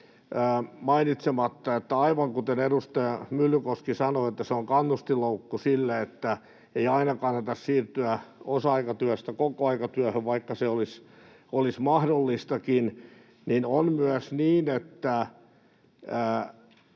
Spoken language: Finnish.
mainitsematta, että aivan kuten edustaja Myllykoski sanoi, että se on kannustinloukku sille, että ei aina kannata siirtyä osa-aikatyöstä kokoaikatyöhön, vaikka se olisi mahdollistakin, niin on myös niin, että